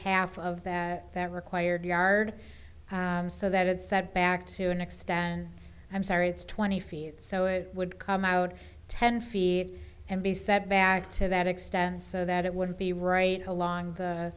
half of that that required yard so that it sat back to an extent i'm sorry it's twenty feet so it would come out ten feet and be set back to that extend so that it wouldn't be right along the